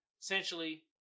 Essentially